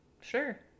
Sure